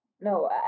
no